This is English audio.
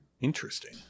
Interesting